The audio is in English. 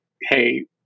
hey